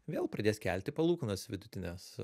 vėl pradės kelti palūkanas vidutines